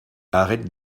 arrête